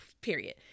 period